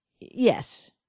Yes